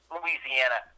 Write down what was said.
Louisiana